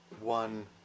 one